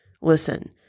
Listen